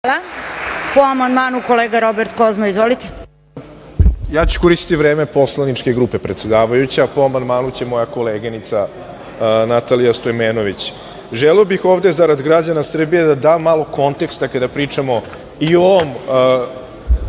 Hvala. Po amandmanu kolega Radomir Kozma. Izvolite. **Robert Kozma** Koristiću vreme poslaničke grupe predsedavajuća, a po amandmanu će moja koleginica Natalija Stojmenović. Želeo bih ovde zarad građana Srbije da dam malo konteksta kada pričamo i o ovom